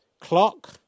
Clock